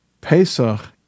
Pesach